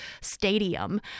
stadium